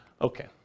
Okay